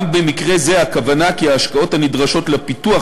גם במקרה זה הכוונה כי ההשקעות הנדרשות לפיתוח